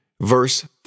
verse